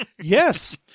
Yes